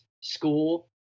school